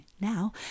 now